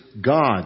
God